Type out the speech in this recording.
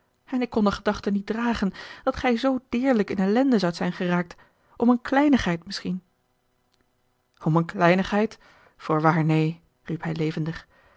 en ik kon de gedachte niet dragen dat gij zoo deerlijk in ellende zoudt zijn geraakt om eene kleinigheid misschien om eene kleinigheid voorwaar neen riep hij levendig